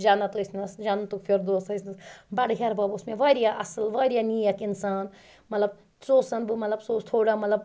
جنت ٲسۍ نس جَنَتُ الفِردوس ٲسۍ نَس بَڈٕ ہِحٮ۪ر بب اوس مےٚ وارِیاہ اَصٕل وارِیاہ نیک اِنسان مطلَب سُہ اوسَن بہٕ مَطلَب سُہ اوس تھوڈا مطلب